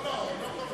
לא, לא, הם לא קוראים.